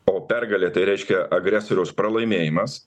o pergalė tai reiškia agresoriaus pralaimėjimas